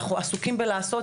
אנחנו עסוקים בלעשות,